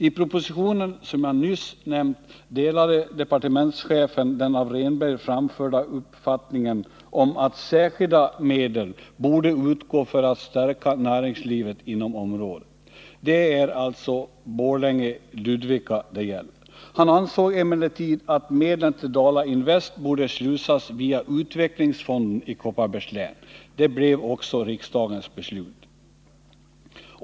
I propositionen, som jag nyss nämnt, delade departementschefen den av Rehnberg framförda uppfattningen att särskilda medel borde utgå för att stärka näringslivet inom området. Det är alltså Borlänge-Ludvika det gäller. Han ansåg emellertid att medlen till Dala Invest borde slussas via utvecklingsfonden i Kopparbergs län. Det blev också riksdagens beslut.